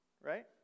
right